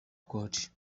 god